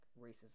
racism